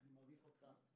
אני מעריך אותך,